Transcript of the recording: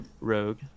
rogue